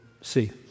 see